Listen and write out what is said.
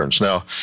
Now